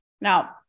Now